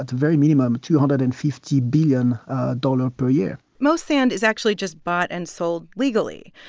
very minimum, two hundred and fifty billion dollars per year most sand is actually just bought and sold legally,